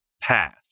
path